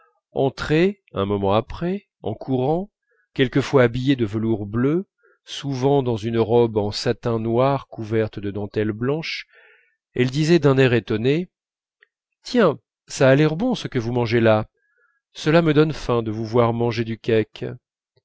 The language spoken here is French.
entrait un moment après en courant quelquefois habillée de velours bleu souvent dans une robe en satin noir couverte de dentelles blanches elle disait d'un air étonné tiens ça a l'air bon ce que vous mangez là cela me donne faim de vous voir manger du cake